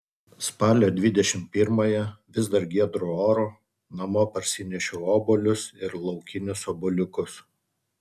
spalio dvidešimt pirmąją vis dar giedru oru namo parsinešiau obuolius ir laukinius obuoliukus